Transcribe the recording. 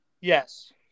Yes